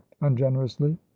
ungenerously